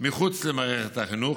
מחוץ למערכת החינוך,